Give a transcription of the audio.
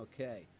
Okay